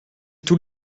tous